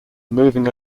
moving